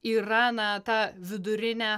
yra na ta vidurinė